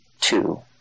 Two